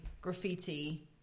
graffiti